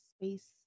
space